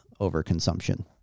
overconsumption